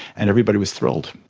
and everybody was thrilled.